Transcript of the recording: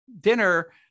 dinner